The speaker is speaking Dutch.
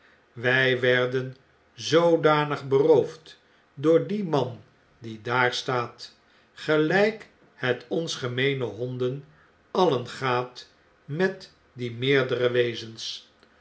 wij werden zoodanig beroofd door dien man die daar staat geli ik het ons gemeene honden alien gaat met die meerdere wezens